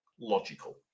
logical